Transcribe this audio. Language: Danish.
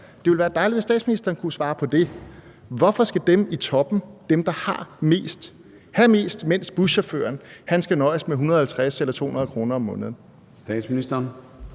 Det ville være dejligt, hvis statsministeren kunne svare på det spørgsmål: Hvorfor skal dem i toppen, altså dem, der har mest, have mest, mens buschaufføren skal nøjes med 150 kr. eller 200 kr. om måneden? Kl.